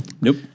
nope